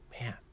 man